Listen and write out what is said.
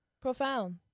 profound